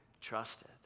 trusted